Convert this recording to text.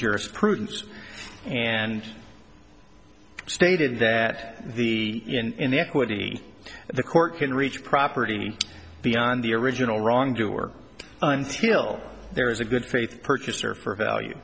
jurisprudence and stated that the in equity the court can reach property beyond the original wrongdoer until there is a good faith purchaser for value